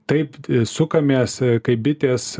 taip sukamės kaip bitės